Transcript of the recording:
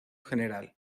general